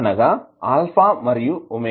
అనగా α మరియు ⍵0